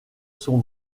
sont